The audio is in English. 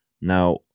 Now